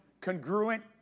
congruent